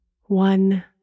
One